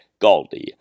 GALDI